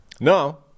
No